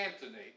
Antony